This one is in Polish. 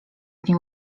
dni